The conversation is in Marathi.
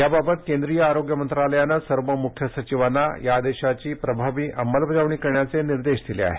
याबाबत केंद्रीय आरोग्य मंत्रालयाने सर्व मुख्य सचिवांना या आदेशाची प्रभावी अंमलबजावणी करण्याचे निर्देश दिले आहेत